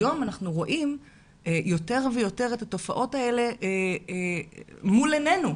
היום אנחנו רואים יותר ויותר את התופעות האלה מול עיננו.